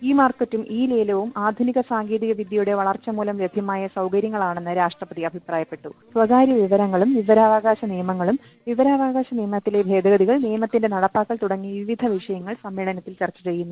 E മാർക്കറ്റും e ലേലവും ആധുനിക സാങ്കേതിക വിദ്യയുടെ വളർച്ചമൂലം ലഭ്യമായ സൌകര്യങ്ങളാണെന്ന് രാഷ്ട്രപതി അഭിപ്രായപ്പെട്ടു സ്വകാര്യ വിവരങ്ങളും വിവരാവകാശ നിയമങ്ങളും വിവരാവകാശ നിയമത്തിലെ ഭേദഗതികൾ നിയമത്തിന്റെ നടപ്പാക്കൽ തുടങ്ങി വിവിധ വിഷയങ്ങൾ സമ്മേളനത്തിൽ ചർച്ച ചെയ്യുന്നു